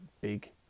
big